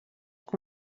que